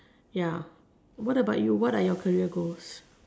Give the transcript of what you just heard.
ya what about you what are your career goals